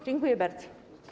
Dziękuję bardzo.